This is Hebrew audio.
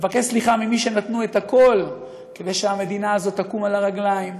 מבקש סליחה ממי שנתנו את הכול כדי שהמדינה הזאת תקום על הרגליים,